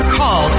call